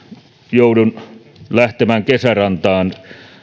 joudun lähtemään kesärantaan